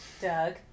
Doug